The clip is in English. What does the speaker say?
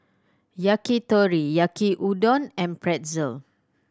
Yakitori Yaki Udon and Pretzel